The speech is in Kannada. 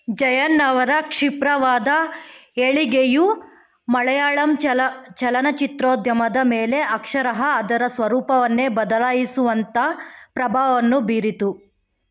ಜಯನ್ ಅವರ ಕ್ಷಿಪ್ರವಾದ ಏಳಿಗೆಯು ಮಲಯಾಳಂ ಚಲ ಚಲನಚಿತ್ರೋದ್ಯಮದ ಮೇಲೆ ಅಕ್ಷರಶಃ ಅದರ ಸ್ವರೂಪವನ್ನೇ ಬದಲಾಯಿಸುವಂಥ ಪ್ರಭಾವವನ್ನು ಬೀರಿತು